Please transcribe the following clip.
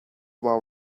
while